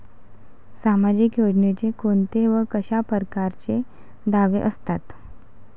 सामाजिक योजनेचे कोंते व कशा परकारचे दावे असतात?